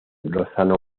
lozano